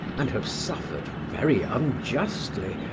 and have suffered, very unjustly,